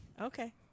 Okay